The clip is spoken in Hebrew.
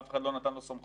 אף אחד לא נתן לו סמכות.